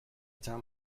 town